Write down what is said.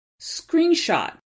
Screenshot